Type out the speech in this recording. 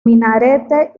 minarete